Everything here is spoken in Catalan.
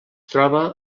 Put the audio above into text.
troba